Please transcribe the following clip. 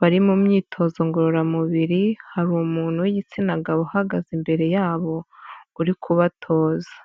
bari mu myitozo ngororamubiri, hari umuntu w'igitsina gabo uhagaze imbere yabo, uri kubatoza.